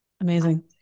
Amazing